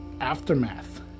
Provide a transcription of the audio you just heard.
aftermath